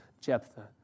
Jephthah